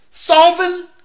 Solving